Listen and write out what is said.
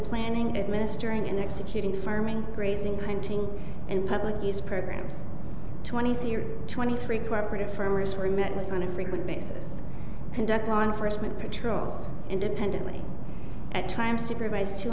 planning administering and executing farming grazing hunting and public use programs twenty three or twenty three corporate farmers were met with on a frequent basis conduct law enforcement patrols independently at time supervised t